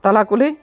ᱛᱟᱞᱟ ᱠᱩᱞᱦᱤ